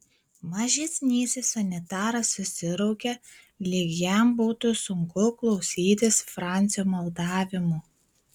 mažesnysis sanitaras susiraukė lyg jam būtų sunku klausytis francio maldavimų